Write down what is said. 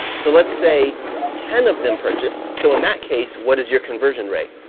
so let's say ten of them purchase, so in that case, what is your conversion rate?